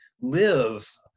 live